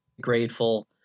grateful